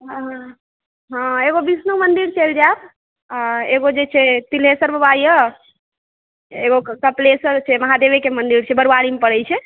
हँ हँ एगो विष्णु मन्दिर चलि जायब आ एगो जे छै तिलेश्वर बाबा यऽ एगो कपिलेश्वर छै महादेवेके मन्दिर छै बरूआरीमे पड़ैत छै